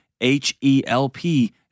H-E-L-P